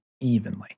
evenly